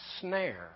snare